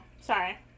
Sorry